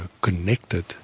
connected